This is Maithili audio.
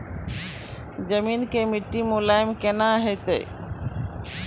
जमीन के मिट्टी मुलायम केना होतै?